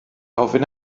ofyn